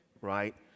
right